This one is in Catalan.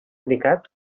indicat